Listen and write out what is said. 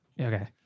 okay